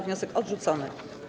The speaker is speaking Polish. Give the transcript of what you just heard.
Wniosek odrzucony.